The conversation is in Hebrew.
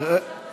(שידור ישיבות